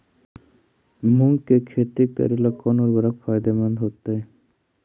मुंग के खेती करेला कौन उर्वरक फायदेमंद होतइ?